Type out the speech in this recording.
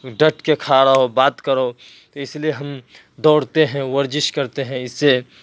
ڈٹ کے کھڑا رہو بات کرو تو اسی لیے ہم دوڑتے ہیں ورزش کرتے ہیں اس سے